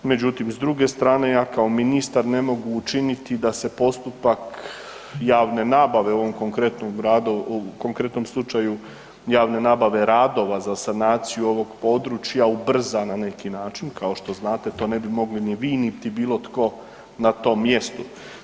Međutim, s druge strane ja kao ministar ne mogu učiniti da se postupak javne nabave u ovom konkretnom gradu, u konkretnom slučaju javne nabave radova za sanaciju ovog područja ubrza na neki način, kao što znate to ne bi mogli ni vi niti bilo tko na tom mjestu.